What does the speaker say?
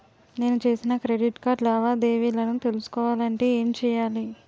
నేను చేసిన credit card లావాదేవీలను తెలుసుకోవాలంటే ఏం చేయాలి?